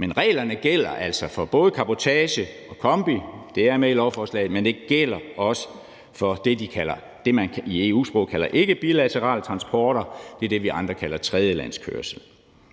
Reglerne gælder altså for både cabotagekørsel og kombineret transport, og det er med i lovforslaget, men det gælder også for det, som man i EU-sproget kalder for ikkebilaterale transporter – det er det, vi andre kalder tredjelandskørsel.